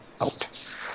out